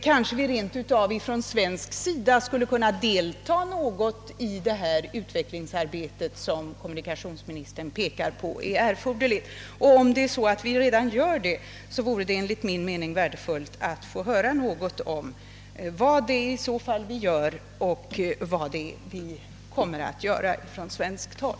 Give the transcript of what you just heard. Vi borde kanske rent av från svensk sida delta något i det utvecklingsarbete som enligt kommunikationsministern är erforderligt. Om vi redan deltar i ett sådant arbete, vore det enligt min mening värdefullt att få höra någonting om vad det är vi gör och vad det är vi kommer att göra på svenskt håll.